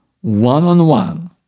one-on-one